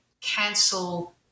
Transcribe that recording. cancel